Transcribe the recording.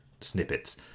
snippets